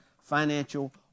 financial